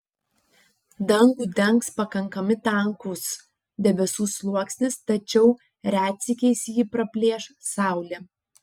dangų dengs pakankami tankus debesų sluoksnis tačiau retsykiais jį praplėš saulė